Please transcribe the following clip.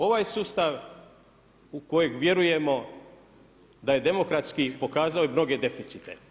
Ovaj sustav u kojeg vjerujemo da je demokratski, pokazao je mnoge deficitne.